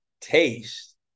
taste